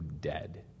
dead